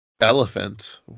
Elephant